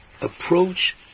approach